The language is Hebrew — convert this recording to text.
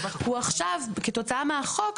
כתוצאה מהחוק,